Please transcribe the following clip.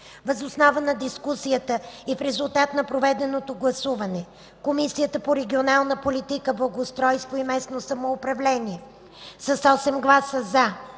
Въз основа на дискусията и в резултат на проведеното гласуване Комисията по регионална политика, благоустройство и местно самоуправление с 8 гласа –